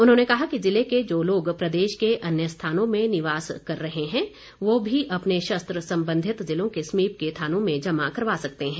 उन्होंने कहा कि जिले के जो लोग प्रदेश के अन्य जिलों में निवास कर रहे हैं वह भी अपने शस्त्र संबंधित जिलों के समीप के थानों में जमा करवा सकते हैं